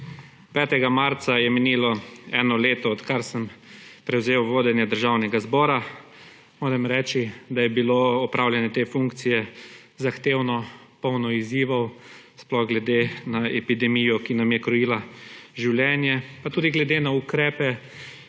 5. marca je minilo eno leto, odkar sem prevzel vodenje Državnega zbora. Moram reči, da je bilo opravljanje te funkcije zahtevno, polno izzivov, sploh glede na epidemijo, ki nam je krojila življenje, pa tudi glede na ukrepe,